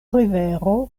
rivero